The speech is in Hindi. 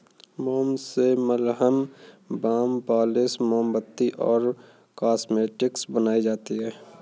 मोम से मलहम, बाम, पॉलिश, मोमबत्ती और कॉस्मेटिक्स बनाई जाती है